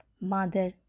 Mother